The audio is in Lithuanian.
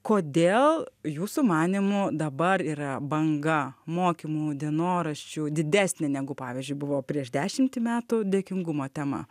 kodėl jūsų manymu dabar yra banga mokymų dienoraščių didesnė negu pavyzdžiui buvo prieš dešimtį metų dėkingumo tema